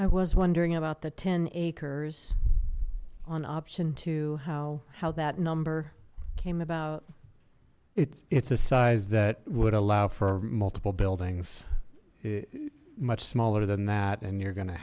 i was wondering about the ten acres on option two how how that number came about it's it's a size that would allow for multiple buildings much smaller than that and you're gonna